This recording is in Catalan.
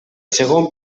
segon